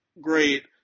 great